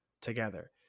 together